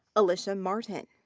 ellisha martin.